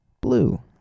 blue